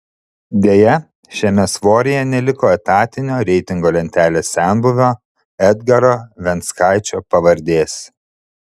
deja šiame svoryje neliko etatinio reitingo lentelės senbuvio edgaro venckaičio pavardės